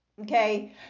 okay